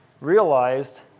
realized